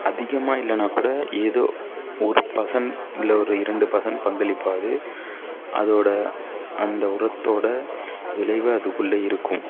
அதிகமாக இல்லைன்னா கூட ஏதோ ஒரு பர்சன் இல்லை ஒரு இரண்டு பர்சன் பங்களிப்பாவது அதோட அந்த உரத்தோட விளைவு அதுக்குள்ளே இருக்கும்